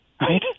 right